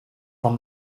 from